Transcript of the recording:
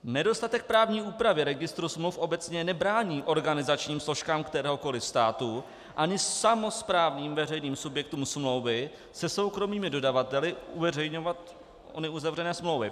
Nedostatek právní úpravy registru smluv obecně nebrání organizačním složkám kteréhokoliv státu ani samosprávným veřejným subjektům smlouvy se soukromými dodavateli uveřejňovat ony uzavřené smlouvy.